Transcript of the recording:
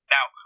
Now